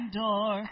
door